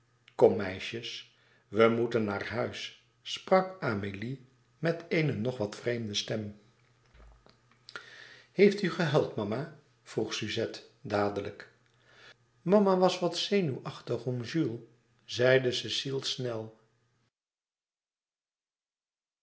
kom meisjes we moeten naar huis sprak amélie met eene nog wat vreemde stem heeft u gehuild mama vroeg suzette dadelijk mama was wat zenuwachtig om jules zeide cecile snel